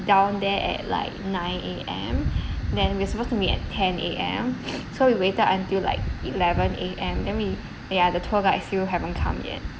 down there at like nine A_M then we're supposed to meet at ten A_M so we waited until like eleven A_M then we ya the tour guide still haven't come yet